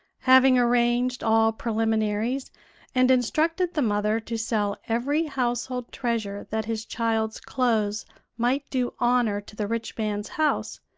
having arranged all preliminaries and instructed the mother to sell every household treasure that his child's clothes might do honor to the rich man's house,